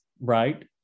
right